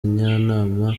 njyanama